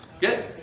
Good